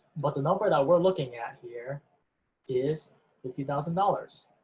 but the number that we're looking at here is fifty thousand dollars.